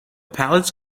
pallets